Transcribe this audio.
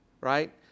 right